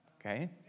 okay